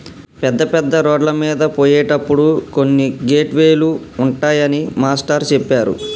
పెద్ద పెద్ద రోడ్లమీద పోయేటప్పుడు కొన్ని గేట్ వే లు ఉంటాయని మాస్టారు చెప్పారు